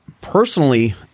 personally